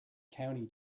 county